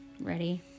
ready